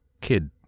Kid